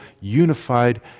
unified